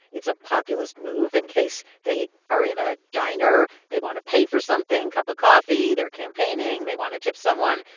it's a populist move in case they are in a diner, they want to pay for something, cup of coffee. they're campaigning they want to tip someone.